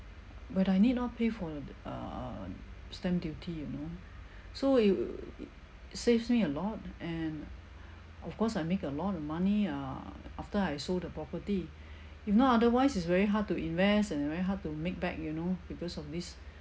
but I need not pay for the err stamp duty you know so it saves me a lot and of course I make a lot of money err after I sold the property if not otherwise it's very hard to invest and very hard to make back you know because of this